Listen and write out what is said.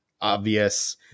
obvious